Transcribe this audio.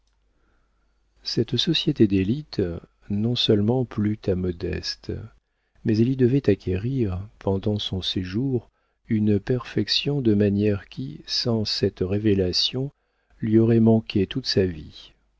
cette société d'élite non seulement plut à modeste mais elle y devait acquérir pendant son séjour une perfection de manières qui sans cette révélation lui aurait manqué toute sa vie